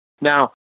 Now